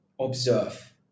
observe